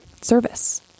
service